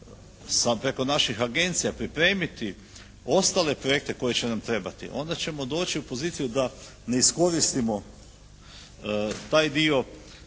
preko naših agencija pripremiti ostale projekte koji će nam trebati, onda ćemo doći u poziciju da ne iskoristimo taj dio